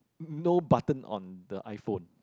no button on the iPhone